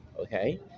Okay